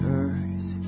earth